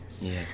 Yes